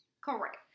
Correct